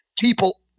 People